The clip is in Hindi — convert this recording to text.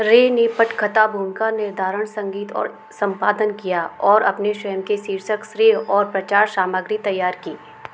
रे ने पटकथा भूमिका निर्धारण संगीत और संपादन किया और अपने स्वयं के शीर्षक श्रेय और प्रचार सामग्री तैयार की